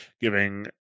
giving